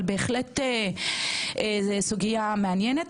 זו בהחלט סוגיה מעניינת.